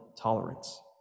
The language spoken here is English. tolerance